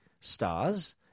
stars